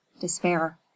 Despair